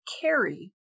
carry